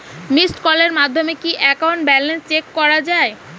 Missed কলের মাধ্যমে কি একাউন্ট ব্যালেন্স চেক করা যায়?